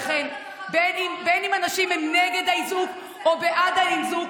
לכן בין אם אנשים הם נגד האיזוק או בעד האיזוק,